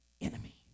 enemy